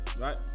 right